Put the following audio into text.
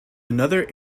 another